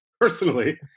personally